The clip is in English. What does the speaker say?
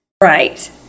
Right